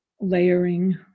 Layering